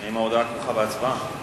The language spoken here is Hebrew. האם ההודעה כרוכה בהצבעה?